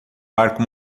barco